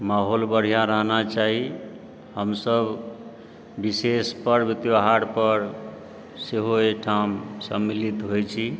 माहौल बढ़िआँ रहना चाही हमसब विशेष पर्व त्यौहारपर सेहो एहिठाम सम्मिलित होइत छी